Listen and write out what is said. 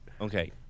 okay